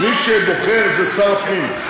מי שבוחר זה שר הפנים,